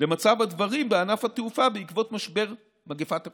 למצב הדברים בענף התעופה בעקבות משבר מגפת הקורונה.